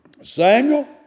Samuel